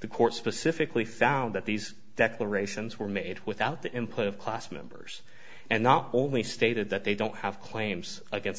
the court specifically found that these declarations were made without the input of class members and not only stated that they don't have claims against